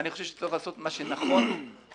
אני חושב שצריך לעשות מה שנכון מקצועית.